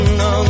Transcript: no